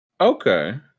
Okay